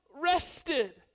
rested